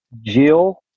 Jill